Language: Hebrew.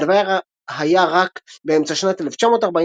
אך הדבר היה רק באמצע שנת 1943,